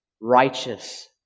Righteous